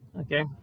Okay